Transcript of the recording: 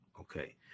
Okay